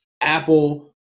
Apple